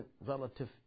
relative